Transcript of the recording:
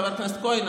חבר הכנסת כהן,